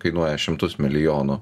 kainuoja šimtus milijonų